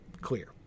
clear